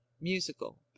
musical